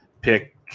pick